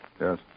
Yes